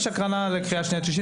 יש הכנה לקריאה שנייה ושלישית,